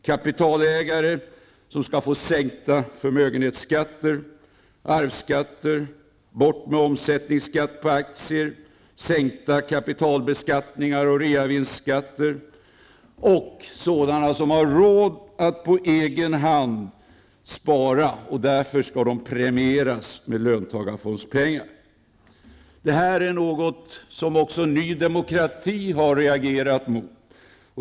Kapitalägare skall få sänkta förmögenhetsskatter och arvsskatter, slopad omsättningsskatt på aktier, sänkta kapitalbeskattningar och reavinstskatter. Och de som har råd att på egen hand spara skall premieras med löntagarfondspengar. Detta är något som också Ny Demokrati har reagerat mot.